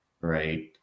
right